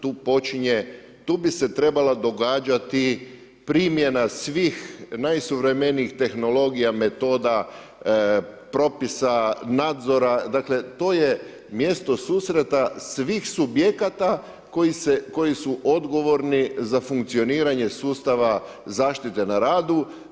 Tu počinje, tu bi se trebala događati primjena svih najsuvremenijih tehnologija, metoda, propisa, nadzora, dakle, to je mjesto susreta svih subjekata, koji su odgovorni za funkcioniranje sustava zaštite na radu.